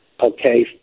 okay